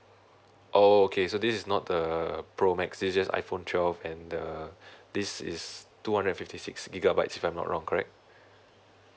oh okay so this is not the pro max is just iPhone twelve and the this is two hundred fifty six gigabytes if I'm not wrong correct